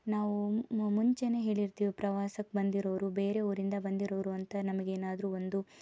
ನಾವು ಮುಂಚೆನೇ ಹೇಳಿರ್ತೀವಿ ಪ್ರವಾಸಕ್ಕೆ ಬಂದಿರೋರು ಬೇರೆ ಊರಿಂದ ಬಂದಿರೋರು ಅಂತ ನಮಗೆ ಏನಾದರೂ ಒಂದು